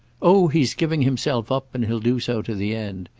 oh he's giving himself up, and he'll do so to the end.